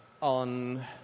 on